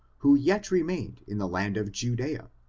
who yet remained in the land of judea,